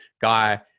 guy